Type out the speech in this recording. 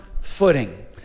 footing